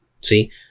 See